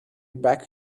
back